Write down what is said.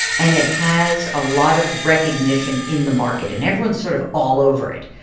and it has a lot of recognition in the market, and everyone's sort of all over it,